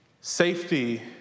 safety